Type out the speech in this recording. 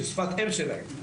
שזו שפת האם שלהם,